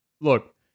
look